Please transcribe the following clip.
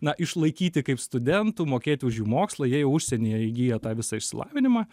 na išlaikyti kaip studentų mokėti už jų mokslą jie jau užsienyje įgyja tą visą išsilavinimą